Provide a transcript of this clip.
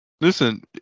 Listen